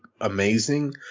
amazing